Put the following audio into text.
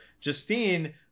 Justine